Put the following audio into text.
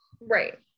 right